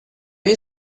you